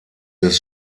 des